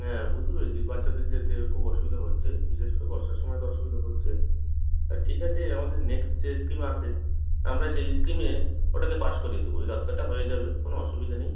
হ্যাঁ বুঝতে পেরেছি বাচ্চাদের যেতে খুব অসুবিধে হচ্ছে বিশেষ করে বর্ষার সময় তো অসুবিধা হচ্ছে ঠিক আছে আমাদের নেক্সট যে স্কিম আছে আমরা সেই স্কিমে ওটাকে পাস করিয়ে দেবো ওই রাস্তাটা হয়ে যাবে কোনো অসুবিধে নেই